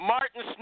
Martin